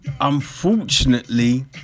Unfortunately